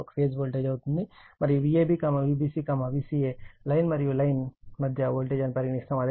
ఇది ఒక phase voltage అవుతుంది మరియు Vab Vbc Vca లైన్ మరియు లైన్ మధ్య వోల్టేజ్ అని పరిగణిస్తారు